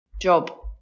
Job